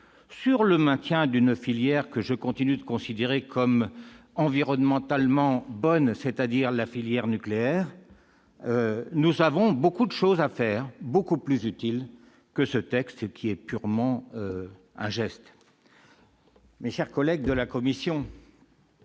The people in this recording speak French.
pour le maintien d'une filière que je continue de considérer comme environnementalement bonne, à savoir la filière nucléaire. Nous avons beaucoup de choses à faire bien plus utiles que de voter ce texte qui n'est qu'un geste. Mes chers collègues de la commission,